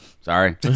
sorry